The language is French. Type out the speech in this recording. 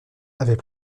avaient